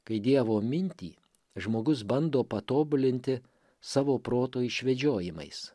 kai dievo mintį žmogus bando patobulinti savo proto išvedžiojimais